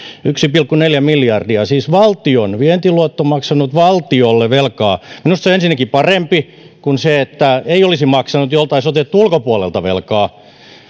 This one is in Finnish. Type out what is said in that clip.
yksi pilkku neljä miljardia siis valtion vientiluotto on maksanut takaisin velkaa valtiolle minusta se on ensinnäkin parempi kuin se että ei olisi maksanut ja olisi otettu ulkopuolelta velkaa